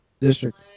District